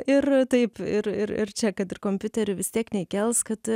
ir taip ir ir ir čia kad ir kompiuteriu vis tiek neįkels kad